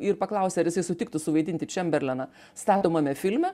ir paklausė ar jis sutiktų suvaidinti čemberleną statomame filme